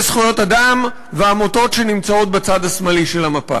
זכויות אדם ועמותות שנמצאות בצד השמאלי של המפה.